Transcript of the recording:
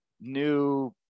new